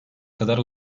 kadar